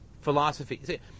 philosophy